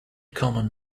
common